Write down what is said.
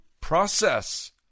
process